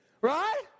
right